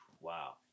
Wow